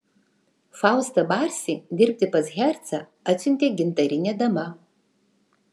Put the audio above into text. faustą barsį dirbti pas hercą atsiuntė gintarinė dama